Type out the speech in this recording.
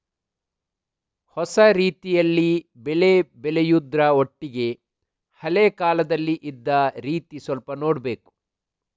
ಹೊಸ ರೀತಿಯಲ್ಲಿ ಬೆಳೆ ಬೆಳೆಯುದ್ರ ಒಟ್ಟಿಗೆ ಹಳೆ ಕಾಲದಲ್ಲಿ ಇದ್ದ ರೀತಿ ಸ್ವಲ್ಪ ನೋಡ್ಬೇಕು